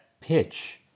pitch